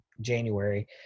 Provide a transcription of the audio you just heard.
January